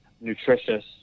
nutritious